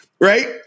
Right